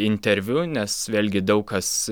interviu nes vėlgi daug kas